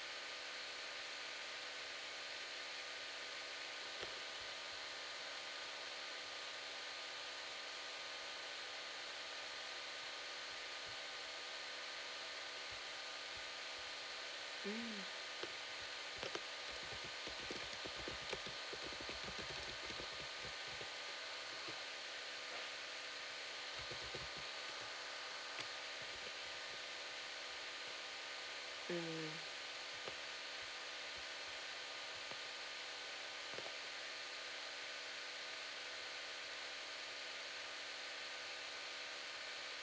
mm